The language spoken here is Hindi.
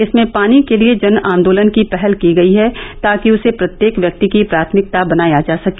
इसमें पानी के लिए जन आन्दोलन की पहल की गई है ताकि उसे प्रत्येक व्यक्ति की प्राथमिकता बनाया जा सके